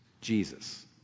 Jesus